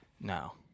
No